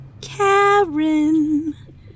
Karen